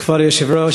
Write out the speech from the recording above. כבוד היושב-ראש,